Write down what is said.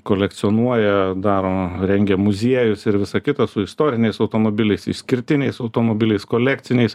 kolekcionuoja daro rengia muziejus ir visa kita su istoriniais automobiliais išskirtiniais automobiliais kolekciniais